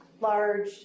large